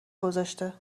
گذاشته